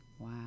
Wow